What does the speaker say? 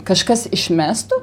kažkas išmestų